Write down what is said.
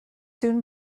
soon